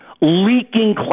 leaking